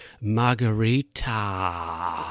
margarita